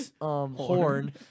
horn